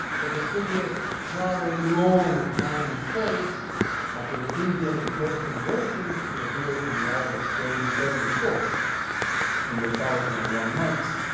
but the figure traveled long in time in space after the indian and persian versions, he appears in the arabic story the ebony horse in the thousand and one nights.